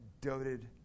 doted